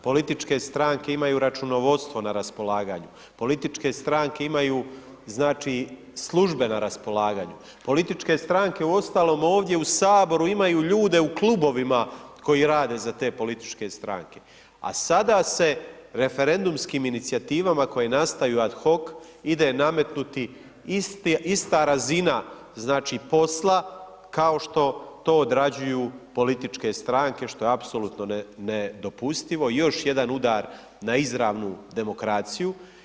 Političke stranke imaju računovodstvo na raspolaganju, političke stranke imaju, znači, službe na raspolaganju, političke stranke uostalom ovdje u HS imaju ljude u klubovima koji rade za te političke stranke, a sada se referendumskim inicijativama koje nastaju ad hoc ide nametnuti ista razina, znači, posla, kao što to odrađuju političke stranke, što je apsolutno nedopustivo i još jedan udar na izravnu demokraciju.